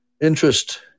interest